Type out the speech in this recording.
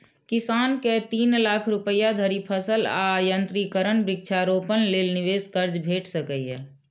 किसान कें तीन लाख रुपया धरि फसल आ यंत्रीकरण, वृक्षारोपण लेल निवेश कर्ज भेट सकैए